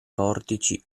portici